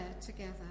together